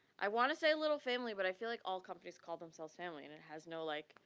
i wanna say little family but i feel like all companies call themselves family and it has no like,